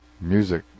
music